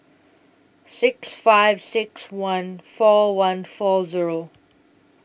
six five six one four one four Zero